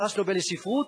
פרס נובל לספרות,